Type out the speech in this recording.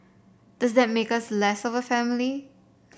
does that make us less of a family